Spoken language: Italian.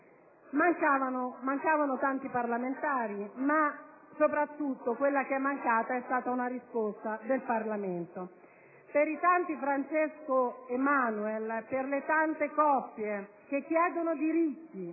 Mancavano tanti parlamentari, ma soprattutto è mancata una risposta del Parlamento per i tanti Francesco e Manuel, per le tante coppie che chiedono diritti